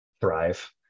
thrive